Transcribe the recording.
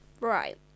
Right